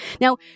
Now